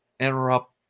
interrupt